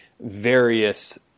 various